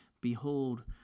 Behold